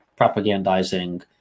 propagandizing